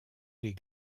les